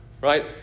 right